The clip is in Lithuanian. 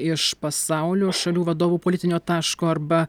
iš pasaulio šalių vadovų politinio taško arba